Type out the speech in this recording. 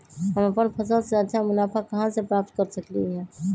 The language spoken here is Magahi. हम अपन फसल से अच्छा मुनाफा कहाँ से प्राप्त कर सकलियै ह?